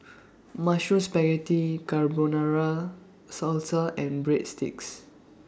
Mushroom Spaghetti Carbonara Salsa and Breadsticks